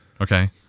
okay